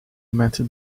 met